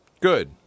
Good